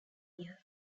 year